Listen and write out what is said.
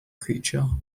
creature